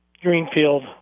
greenfield